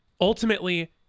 ultimately